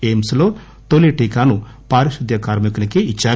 AIIMS లో తొలి టీకాను పారిశుద్ద్య కార్మికునికి ఇద్చారు